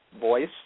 Voice